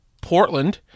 Portland